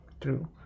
true